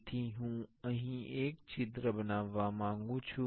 તેથી હું અહીં એક છિદ્ર બનાવવા માંગું છું